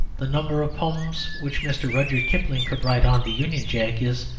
the number of poems which mr. rudyard kipling could write on the union jack is,